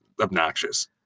obnoxious